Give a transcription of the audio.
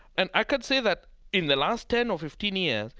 and i could say that in the last ten or fifteen years,